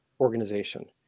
organization